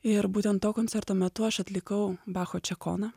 ir būtent to koncerto metu aš atlikau bacho čekoną